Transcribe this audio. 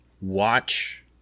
Watch